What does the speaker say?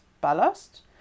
Ballast